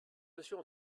monsieur